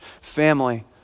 family